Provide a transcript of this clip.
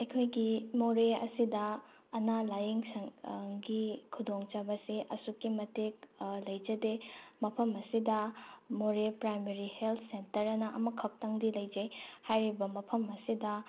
ꯑꯩꯈꯣꯏꯒꯤ ꯃꯣꯔꯦ ꯑꯁꯤꯗ ꯑꯅꯥ ꯂꯥꯏꯌꯦꯡꯁꯪꯒꯤ ꯈꯨꯗꯣꯡ ꯆꯥꯕꯁꯦ ꯑꯗꯨꯛꯀꯤ ꯃꯇꯤꯛ ꯂꯩꯖꯗꯦ ꯃꯐꯝ ꯑꯁꯤꯗ ꯃꯣꯔꯦ ꯄ꯭ꯔꯥꯏꯃꯔꯤ ꯍꯦꯜ ꯁꯦꯟꯇ꯭ꯔ ꯍꯥꯏꯅ ꯑꯃꯈꯛꯇꯪꯗꯤ ꯂꯩꯖꯩ ꯍꯥꯏꯔꯤꯕ ꯃꯐꯝ ꯑꯁꯤꯗ